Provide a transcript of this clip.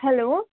hello